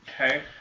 Okay